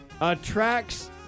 Attracts